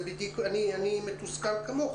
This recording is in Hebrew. אני מתוסכל כמוך.